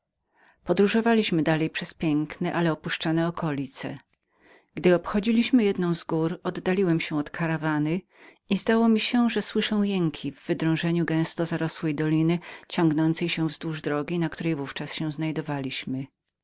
podróżowaliśmy dalej przez piękne ale opuszczone okolice obchodząc jedną górę oddaliłem się od karawany i zdało mi się żem usłyszał jęki w wydrążeniu nader zarosłej doliny ciągnącej się pod drogą na której w ówczas się znajdowaliśmy